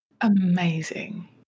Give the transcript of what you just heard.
amazing